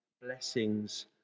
blessings